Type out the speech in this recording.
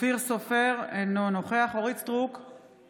אופיר סופר, אינו נוכח אורית מלכה סטרוק,